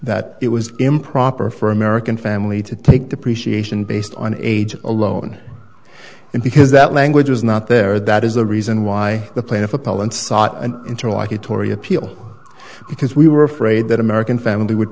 that it was improper for american family to take the prescience in based on age alone and because that language is not there that is a reason why the plaintiff appellant sought an interlocutory appeal because we were afraid that american family would